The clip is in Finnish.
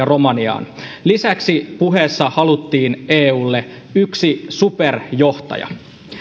romaniaan lisäksi puheessa haluttiin eulle yksi superjohtaja